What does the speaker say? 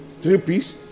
Three-piece